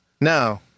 No